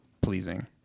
pleasing